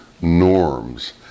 norms